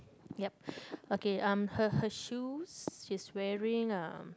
yup okay um her her shoes she's wearing um